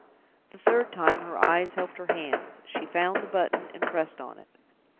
the third time her eyes helped her hands she found the button and pressed on it.